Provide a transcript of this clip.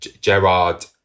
Gerard